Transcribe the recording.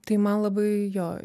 tai man labai jo